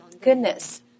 goodness